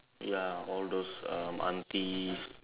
ya all those um aunties